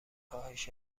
کاهش